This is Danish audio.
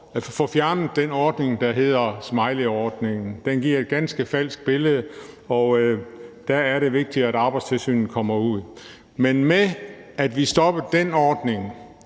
vi får fjernet den ordning, der hedder smileyordningen. Den giver et ganske falsk billede, og der er det vigtigere, at Arbejdstilsynet kommer ud. Men når vi stopper den ordning,